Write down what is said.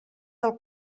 del